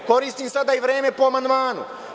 Koristim sada vreme po amandmanu.